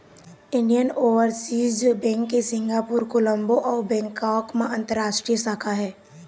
Indian overseas bank के Singapore, Colombo अउ Bangkok म अंतररास्टीय शाखा हे